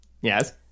Yes